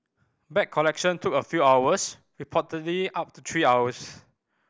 bag collection took a few hours reportedly up to three hours